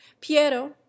Piero